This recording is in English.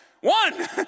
One